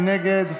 מי נגד?